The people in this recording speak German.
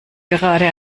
gerade